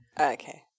Okay